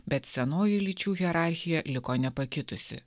bet senoji lyčių hierarchija liko nepakitusi